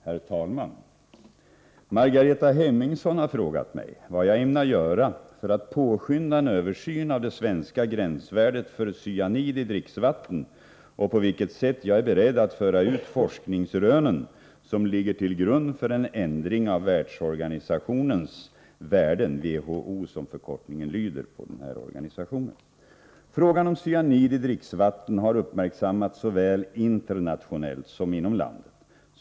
Herr talman! Margareta Hemmingsson har frågat mig vad jag ämnar göra för att påskynda en översyn av det svenska gränsvärdet för cyanid i dricksvatten och på vilket sätt jag är beredd att föra ut forskningsrönen som ligger till grund för en ändring av Världshälsoorganisationens värden. Frågan om cyanid i dricksvatten har uppmärksammats såväl internationellt som inom landet.